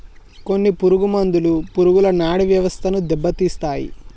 కొన్ని పురుగు మందులు పురుగుల నాడీ వ్యవస్థను దెబ్బతీస్తాయి